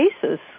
cases